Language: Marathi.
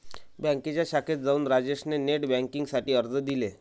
बँकेच्या शाखेत जाऊन राजेश ने नेट बेन्किंग साठी अर्ज दिले